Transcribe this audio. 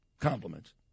compliments